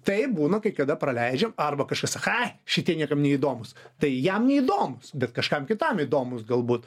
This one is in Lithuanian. taip būna kai kada praleidžiam arba kažkas aha šitie niekam neįdomūs tai jam neįdomūs bet kažkam kitam įdomūs galbūt